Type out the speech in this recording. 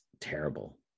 terrible